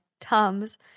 Tums